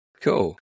Cool